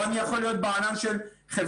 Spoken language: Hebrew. אני יכול להיות בענן של חברה כזו או אחרת.